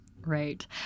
Right